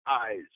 eyes